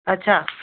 अछा